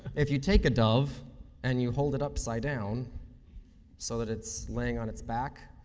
if you take a dove and you hold it upside down so that it's laying on its back,